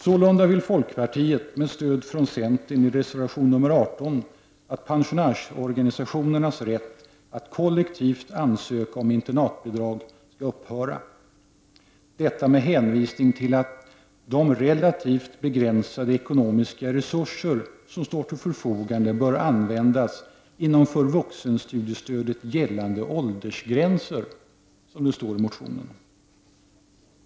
Sålunda vill folkpartiet med stöd från centerpartiet i reservation nr 18 att pensionärsorganisationernas rätt att kollektivt ansöka om internatbidrag skall upphöra — detta med hänvisning till att ”de relativt begränsade ekonomiska resurser som står till förfogande bör användas inom för vuxenstudiestödet gällande åldersgränser”, som det står i motionen.